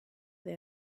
they